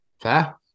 Fair